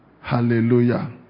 Hallelujah